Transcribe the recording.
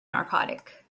narcotic